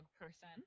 person